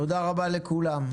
תודה רבה לכולם.